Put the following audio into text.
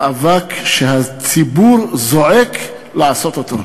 מאבק שהציבור זועק לעשות אותו.